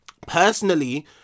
Personally